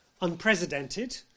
unprecedented